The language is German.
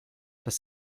dass